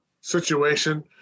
situation